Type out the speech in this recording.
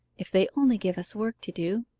if they only give us work to do.